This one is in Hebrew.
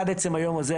עד עצם היום הזה,